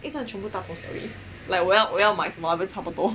因为全部像大同小异 like 我要买什么都差不多